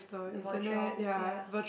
the virtual ya